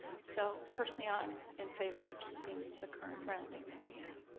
so personally, i'm in favor of keeping the current rounding that we yeah